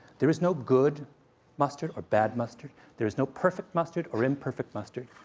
there is no good mustard or bad mustard. there is no perfect mustard or imperfect mustard.